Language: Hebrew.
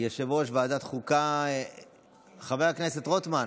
יושב-ראש ועדת חוקה חבר הכנסת רוטמן,